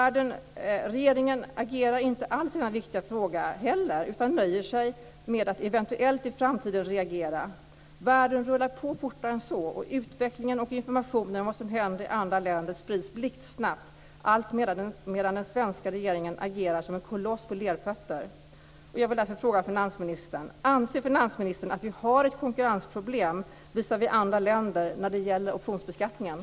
Regeringen agerar inte alls i denna viktiga fråga heller utan nöjer sig med att eventuellt reagera i framtiden. Världen rullar på fortare än så, och utvecklingen och informationen om vad som händer i andra länder sprids blixtsnabbt alltmedan den svenska regeringen agerar som en koloss på lerfötter.